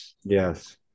Yes